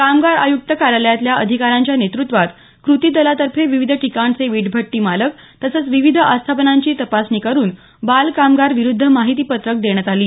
कामगार आयुक्त कार्यालयातल्या अधिकाऱ्यांच्या नेतृत्वात कृतीदलातर्फे विविध ठिकाणचे वीटभट्टी मालक तसंच विविध आस्थापनांची तपासणी करुन बालकामगार विरुध्द माहितीपत्रक देण्यात आली